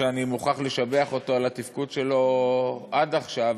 שאני מוכרח לשבח אותו על התפקוד שלו עד עכשיו,